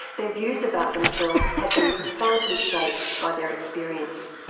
their views about themselves had been profoundly shaped by their experience.